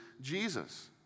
Jesus